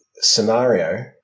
scenario